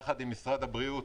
יחד עם משרד הבריאות